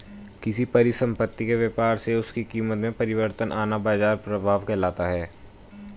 किसी परिसंपत्ति के व्यापार से उसकी कीमत में परिवर्तन आना बाजार प्रभाव कहलाता है